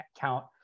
count